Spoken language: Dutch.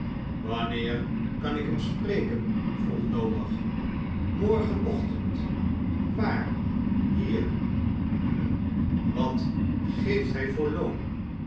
wanneer kan ik hem spreken vroeg noach morgenochtend waar hier hm wat geeft hij voor loon